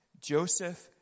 Joseph